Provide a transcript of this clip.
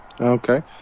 Okay